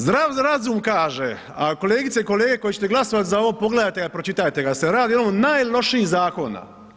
Zdrav razum kaže, a kolegice i kolege koji ćete glasovati za ovo pogledajte ga i pročitajte, jel se radi o jednom od najlošijih zakona.